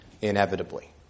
inevitably